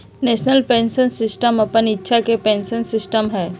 national pension system अप्पन इच्छा के पेंशन सिस्टम हइ